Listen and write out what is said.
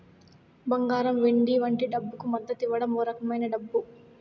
బంగారం వెండి వంటి డబ్బుకు మద్దతివ్వం ఓ రకమైన డబ్బు